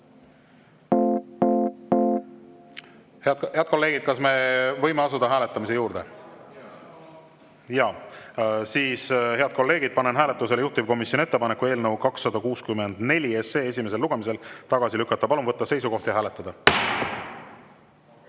Head kolleegid, kas me võime asuda hääletamise juurde? (Hääled saalis: "Jaa.") Jaa. Head kolleegid, panen hääletusele juhtivkomisjoni ettepaneku eelnõu 264 esimesel lugemisel tagasi lükata. Palun võtta seisukoht ja hääletada!